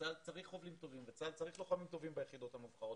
צה"ל צריך חובלים טובים וצה"ל צריך לוחמים טובים ביחידות המובחרות.